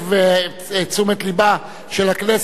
ותשומת לבה של הכנסת,